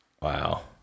Wow